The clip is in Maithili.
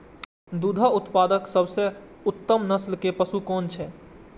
दुग्ध उत्पादक सबसे उत्तम नस्ल के पशु कुन छै?